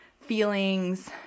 feelings